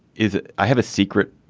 is i have a secret.